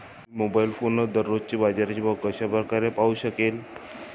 मी mobile फोनवर दररोजचे बाजाराचे भाव कशा प्रकारे पाहू शकेल?